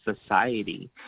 Society